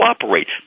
cooperate